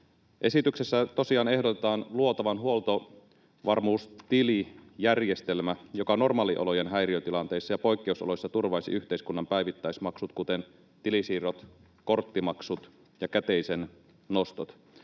Esityksessä tosiaan ehdotetaan luotavan huoltovarmuustilijärjestelmä, joka normaaliolojen häiriötilanteissa ja poikkeusoloissa turvaisi yhteiskunnan päivittäismaksut, kuten tilisiirrot, korttimaksut ja käteisen nostot.